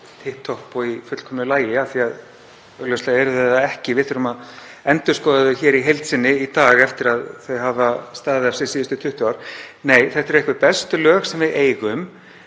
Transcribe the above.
topp og í fullkomnu lagi. Augljóslega eru þau það ekki, við þurfum að endurskoða þau í heild sinni í dag eftir að þau hafa staðið af sér síðustu 20 ár. Nei, þetta eru einhver bestu lög sem við eigum